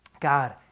God